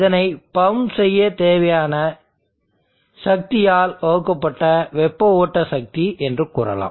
இதனை பம்ப் செய்ய தேவையான சக்தியால் வகுக்கப்பட்ட வெப்ப ஓட்ட சக்தி என்று கூறலாம்